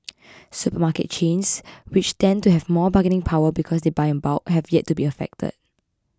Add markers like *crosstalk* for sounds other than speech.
*noise* supermarket chains which tend to have more bargaining power because they buy in bulk have yet to be affected